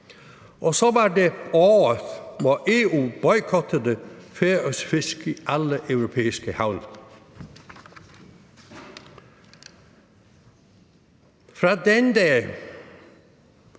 Og så var det året, hvor EU boykottede færøsk fisk i alle europæiske havne. Fra den ene